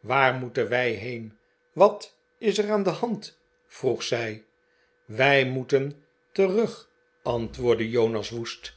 waar moeten wij heen wat is er aan de hand vroeg zij wij moeten terug antwoordde jonas woest